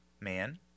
man